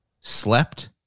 slept